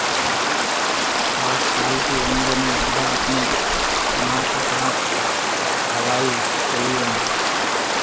आठ साल की उम्र में वह अपनी माँ के साथ हवाई चली गईं